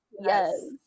Yes